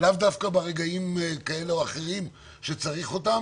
לאו דווקא הצרה של מי שצומח בתוך